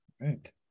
right